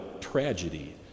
tragedy